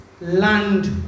land